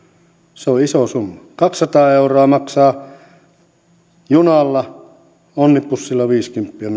se on iso summa kaksisataa euroa maksaa junalla onnibussilla viisikymppiä